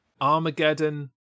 Armageddon